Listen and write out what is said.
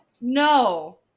No